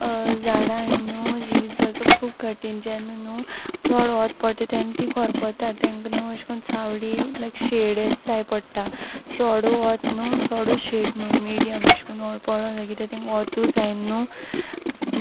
झाडां हीं न्हू जिवीत जगप खूब कठीण जेन्न न्हू चोड वोत पोडटा तेन्न तीं कोरपोतात तेंक न्हूं अेश कोन्न सावळी लायक शॅड अेस जाय पोडटा चोडू वोत न्हू चोडू शॅड न्हू मिडियम अेश कोन पोडों जाय कित्या तेंक ओतूय जाय न्हू